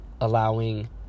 allowing